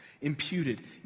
imputed